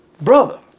Brother